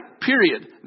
period